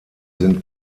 sind